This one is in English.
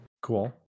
Cool